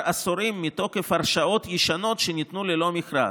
עשורים מתוקף הרשאות ישנות שניתנו ללא מכרז,